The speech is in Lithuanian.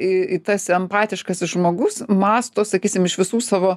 į į tas empatiškasis žmogus mąsto sakysim iš visų savo